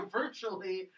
virtually